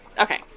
Okay